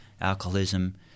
alcoholism